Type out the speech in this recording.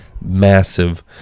massive